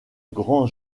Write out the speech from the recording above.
grands